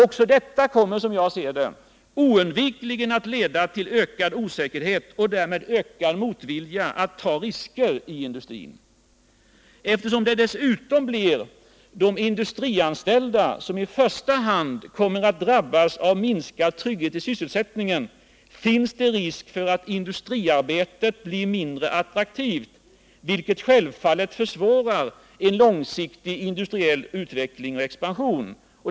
Också detta kommer, som jag ser det, oundvikligen att leda till ökad osäkerhet, och därmed ökad motvilja att ta risker, i industrin. Eftersom det dessutom blir de industrianställda som i första hand kommer att drabbas av minskad trygghet i sysselsättningen finns det risk för att industriarbetet blir mindre attraktivt, vilket självfallet försvårar en långsiktig industriell utveckling och expansion.